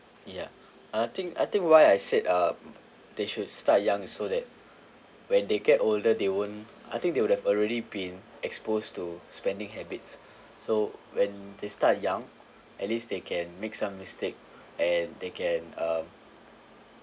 ya I think I think why I said um they should start young so that when they get older they won't I think they would have already been exposed to spending habits so when they start young at least they can make some mistake and they can um